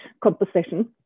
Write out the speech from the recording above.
composition